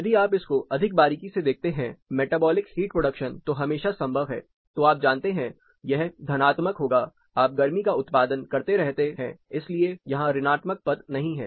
यदि आप इसको अधिक बारीकी से देखते हैं मेटाबॉलिक हीट प्रोडक्शन तो हमेशा संभव है तो आप जानते हैं यह धनात्मक होगा आप गर्मी का उत्पादन करते रहते है इसलिए यहां ऋणात्मक पद नहीं है